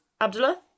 Abdullah